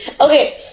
Okay